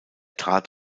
trat